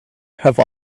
have